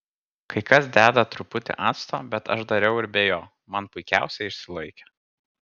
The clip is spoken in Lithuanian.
kai kas deda truputį acto bet aš dariau ir be jo man puikiausiai išsilaikė